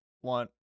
one